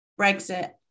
Brexit